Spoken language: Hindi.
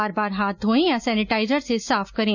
बार बार हाथ धोएं या सेनेटाइजर से साफ करें